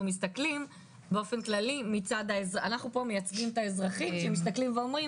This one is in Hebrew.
אנחנו פה מייצגים את האזרחים שמסתכלים ואומרים,